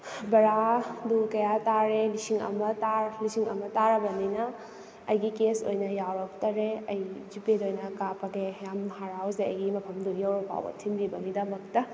ꯕꯔꯥꯗꯨ ꯀꯌꯥ ꯇꯥꯔꯦ ꯂꯤꯁꯤꯡ ꯑꯃ ꯇꯥꯔꯦ ꯂꯤꯁꯤꯡ ꯑꯃ ꯇꯥꯔꯕꯅꯤꯅ ꯑꯩꯒꯤ ꯀꯦꯁ ꯑꯣꯏꯅ ꯌꯥꯎꯔꯛꯇꯔꯦ ꯑꯩ ꯖꯤꯄꯦꯗ ꯑꯣꯏꯅ ꯀꯥꯞꯄꯒꯦ ꯌꯥꯝ ꯍꯔꯥꯎꯖꯩ ꯑꯩꯒꯤ ꯃꯐꯝꯗꯨ ꯌꯧꯔꯐꯥꯎꯕ ꯊꯤꯟꯕꯤꯕꯒꯤꯗꯃꯛꯇ